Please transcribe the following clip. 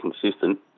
consistent